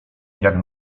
jak